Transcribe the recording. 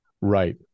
Right